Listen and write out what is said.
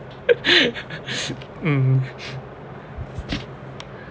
mm